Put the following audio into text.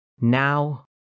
Now